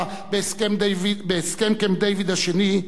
בהסכם קמפ-דייוויד השני,